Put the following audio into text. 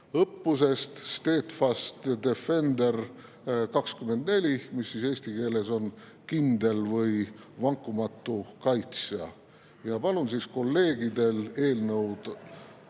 õppusest Steadfast Defender 24, mis eesti keeles on kindel või vankumatu kaitsja. Palun kolleegidel eelnõu